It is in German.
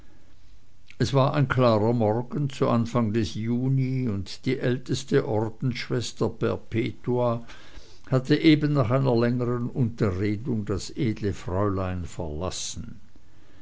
es war ein klarer morgen zu anfang des juni und die älteste ordensschwester perpetua hatte eben nach einer längern unterredung das edle fräulein verlassen